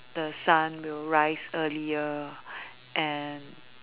the sun will rise earlier and